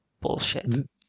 bullshit